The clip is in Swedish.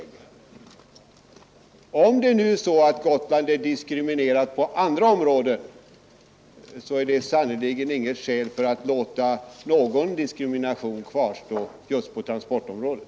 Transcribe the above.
Men om det nu är så att Gotland är diskriminerat på andra områden, så är det sannerligen inget skäl för att låta någon diskriminering kvarstå på transportom rådet.